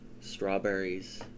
strawberries